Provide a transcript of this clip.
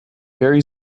very